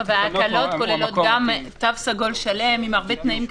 ההקלות כוללות גם תו סגול שלם עם הרבה תנאים קטנים.